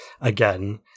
again